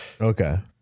Okay